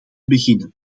beginnen